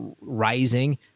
rising